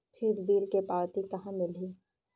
फिर बिल के पावती कहा मिलही?